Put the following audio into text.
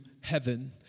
heaven